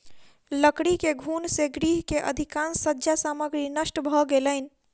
लकड़ी के घुन से गृह के अधिकाँश सज्जा सामग्री नष्ट भ गेलैन